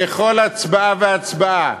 בכל הצבעה והצבעה,